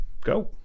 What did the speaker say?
Go